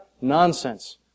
Nonsense